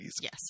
Yes